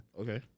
Okay